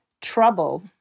Trouble